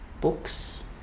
books